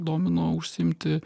domino užsiimti